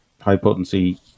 high-potency